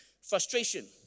Frustration